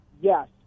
yes